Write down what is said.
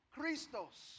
Christos